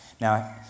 Now